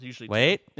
Wait